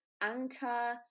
anchor